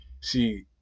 see